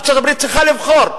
ארצות-הברית צריכה לבחור: